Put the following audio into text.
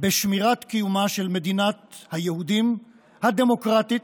בשמירת קיומה של מדינת היהודים הדמוקרטית,